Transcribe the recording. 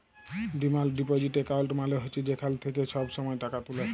demand deposit account মালে হছে যেখাল থ্যাইকে ছব ছময় টাকা তুলে